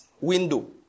window